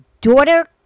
daughter